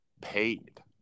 paid